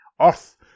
Earth